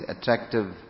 attractive